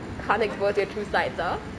can't expose your true sides ah